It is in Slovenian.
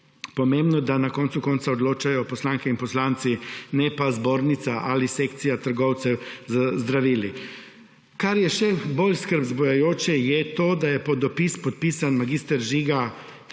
pomembno, da na koncu koncev odločajo poslanke in poslanci ne pa zbornica ali sekcija trgovcev z zdravili. Kar je še bolj skrb vzbujajoče, je to, da je pod dopis podpisan mag. Žiga